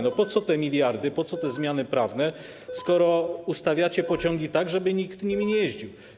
No po co te miliardy, po co te zmiany prawne, skoro ustawiacie pociągi tak, żeby nikt nimi nie jeździł?